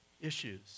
issues